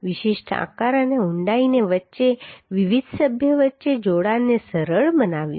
વિશિષ્ટ આકાર અને ઊંડાઈએ વિવિધ સભ્યો વચ્ચે જોડાણને સરળ બનાવ્યું